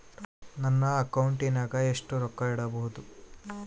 ನನ್ನ ಅಕೌಂಟಿನಾಗ ಎಷ್ಟು ರೊಕ್ಕ ಇಡಬಹುದು?